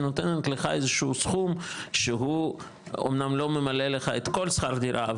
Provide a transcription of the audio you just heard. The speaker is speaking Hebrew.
נותנת לך איזשהו סכום שהוא אמנם לא ממלא לך את כל שכר הדירה,